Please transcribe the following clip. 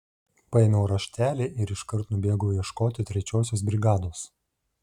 paėmiau raštelį ir iškart nubėgau ieškoti trečiosios brigados